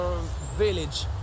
Village